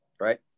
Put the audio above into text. right